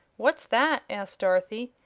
what's that? asked dorothy,